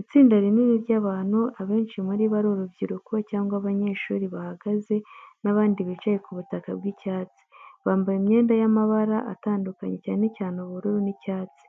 Itsinda rinini ry’abantu, abenshi muri bo ari urubyiruko cyangwa abanyeshuri, bahagaze n’abandi bicaye ku butaka bw’icyatsi. Bambaye imyenda y’amabara atandukanye cyane cyane ubururu n’icyatsi,